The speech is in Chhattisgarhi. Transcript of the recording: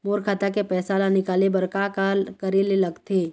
मोर खाता के पैसा ला निकाले बर का का करे ले लगथे?